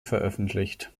veröffentlicht